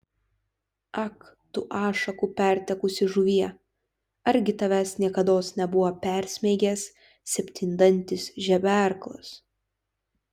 ak tu ašakų pertekusi žuvie argi tavęs niekados nebuvo persmeigęs septyndantis žeberklas